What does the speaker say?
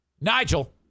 Nigel